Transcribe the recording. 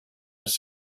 was